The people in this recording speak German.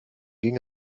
ging